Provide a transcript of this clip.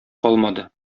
калмады